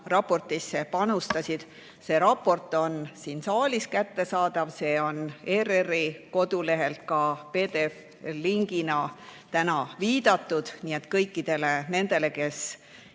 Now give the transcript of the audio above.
raportisse panustasid. See raport on siin saalis kättesaadav, sellele on ERR‑i kodulehel ka PDF‑lingina täna viidatud. Nii et kõikidele nendele, kes